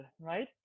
right